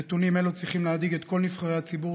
נתונים אלו צריכים להדאיג את כל נבחרי הציבור